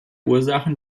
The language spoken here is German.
ursachen